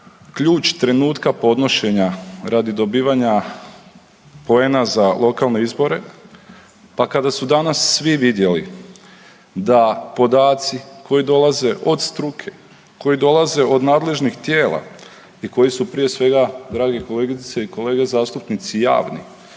ključ trenutka podnošenja radi dobivanja poena za lokalne izbore. Pa kada su danas svi vidjeli da podaci koji dolaze od struke, koji dolaze od nadležnih tijela i koji su prije svega drage kolegice i kolege zastupnice javni